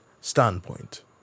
standpoint